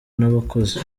n’abakozi